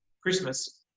Christmas